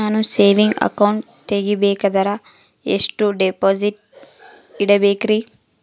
ನಾನು saving account ತೆಗಿಬೇಕಂದರ ಎಷ್ಟು ಡಿಪಾಸಿಟ್ ಇಡಬೇಕ್ರಿ?